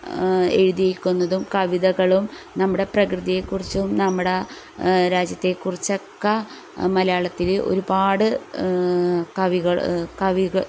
എഴുതിയിരിക്കുന്നതും കവിതകളും നമ്മുടെ പ്രകൃതിയെക്കുറിച്ചും നമ്മുടെ ആ രാജ്യത്തെക്കുറിച്ചൊക്കെ മലയാളത്തിൽ ഒരുപാട് കവികൾ